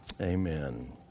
Amen